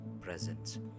Presence